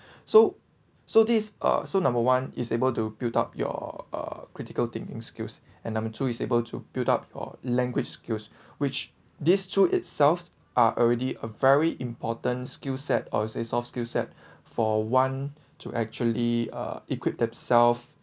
so so this uh so number one is able to build up your uh critical thinking skills and number two is able to build up your language skills which these two itself are already a very important skill set or is a soft skill set for one to actually uh equipped themselves